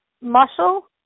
muscle